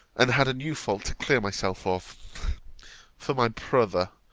and had a new fault to clear myself of for my brother,